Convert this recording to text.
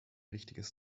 richtiges